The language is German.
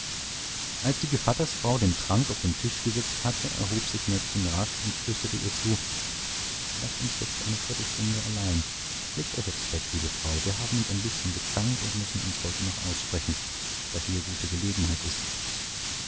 als die gevattersfrau den trank auf den tisch gesetzt hatte erhob sich nettchen rasch und flüsterte ihr zu laßt uns jetzt eine viertelstunde allein legt euch aufs bett liebe frau wir haben uns ein bißchen gezankt und müssen uns heute noch aussprechen da hier gute gelegenheit ist